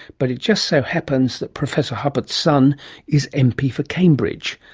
but it just so happens that professor huppert's son is mp for cambridge,